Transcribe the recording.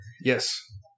Yes